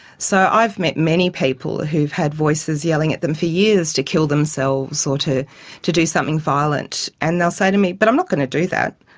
so i've met many people who have had voices yelling at them for years to kill themselves or to to do something violent and they'll say to me, but i'm not going to do that,